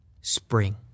Spring